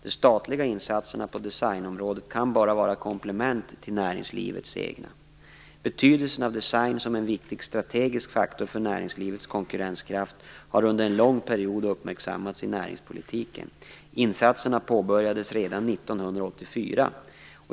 De statliga insatserna på designområdet kan bara vara komplement till näringslivets egna. Betydelsen av design som en viktig strategisk faktor för näringslivets konkurrenskraft har under en lång period uppmärksammats i näringspolitiken. Insatserna påbörjades redan 1984.